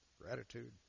gratitude